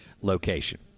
location